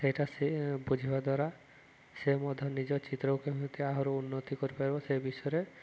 ସେଇଟା ସେ ବୁଝିବା ଦ୍ୱାରା ସେ ମଧ୍ୟ ନିଜ ଚିତ୍ରକୁ କେମିତି ଆହୁରି ଉନ୍ନତି କରିପାରିବ ସେ ବିଷୟରେ